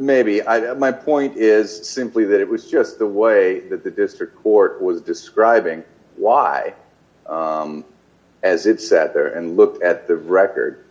maybe i my point is simply that it was just the way that the district court was describing why as it sat there and looked at the record